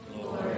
Lord